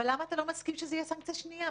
למה אתה לא מסכים שזה יהיה סנקציה שנייה.